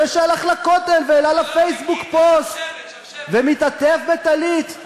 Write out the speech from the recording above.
זה שהלך לכותל והעלה לפייסבוק פוסט ומתעטף בטלית.